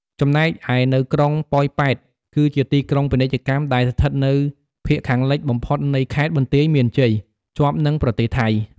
ចំណែកឯនៅក្រុងប៉ោយប៉ែត គឺជាទីក្រុងពាណិជ្ជកម្ម ដែលស្ថិតនៅភាគខាងលិចបំផុតនៃខេត្តបន្ទាយមានជ័យ ជាប់នឹងប្រទេសថៃ។